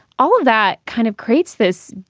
all of that kind of creates this,